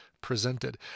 presented